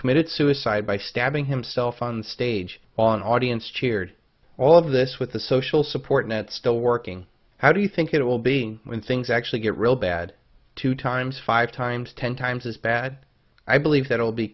minutes suicide by stabbing himself on stage on audience cheered all of this with the social support net still working how do you think it will be when things actually get real bad two times five times ten times as bad i believe that will be